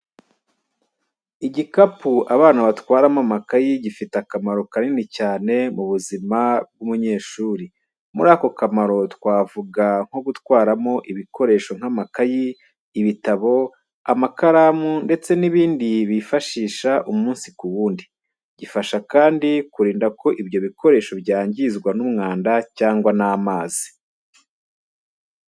Igikapu abana batwaramo amakayi gifite akamaro kanini cyane mu buzima bw’umunyeshuri. Muri ako kamaro twavuga nko gutwaramo ibikoresho nk'amakayi, ibitabo, amakaramu ndetse n'ibindi bifashisha umunsi ku wundi. Gifasha kandi kurinda ko ibyo ibikoresho byangizwa n'umwanda cyangwa n'amazi.